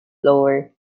lower